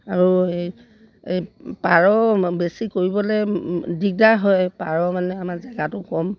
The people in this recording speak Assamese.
আৰু এই এই পাৰ বেছি কৰিবলৈ দিগদাৰ হয় পাৰ মানে আমাৰ জেগাটো কম